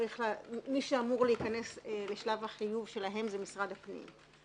מי שאמור להיכנס לשלב החיוב שלהן זה משרד הפנים.